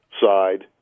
side